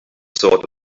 sort